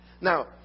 Now